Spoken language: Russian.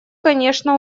конечно